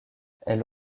elle